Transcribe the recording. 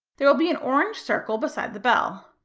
there will be an orange circle beside the bell.